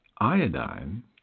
iodine